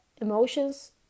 emotions